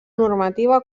normativa